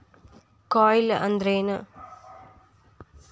ಕೊಯ್ಲು ಅಂದ್ರ ಏನ್?